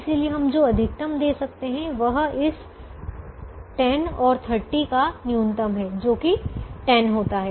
इसलिए हम जो अधिकतम दे सकते हैं वह इस 10 और 30 का न्यूनतम है जो कि 10 होता है